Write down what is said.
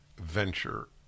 venture